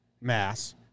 Mass